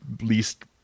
least